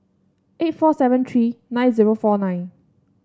eight four seven three nine zero four nine